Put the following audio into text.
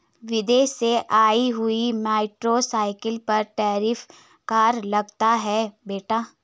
विदेश से आई हुई मोटरसाइकिल पर टैरिफ कर लगता है बेटे